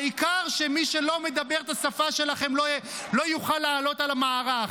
העיקר שמי שלא מדבר את השפה שלכם לא יוכל לעלות על המערך.